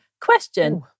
Question